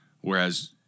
whereas